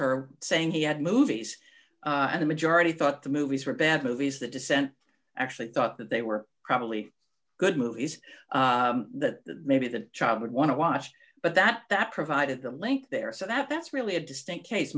her saying he had movies and the majority thought the movies were bad movies that dissent actually thought that they were probably good movies that maybe the child would want to watch but that that provided the link there so that that's really a distinct case